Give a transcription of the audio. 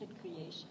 Creation